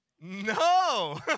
No